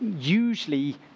usually